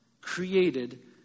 created